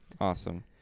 Awesome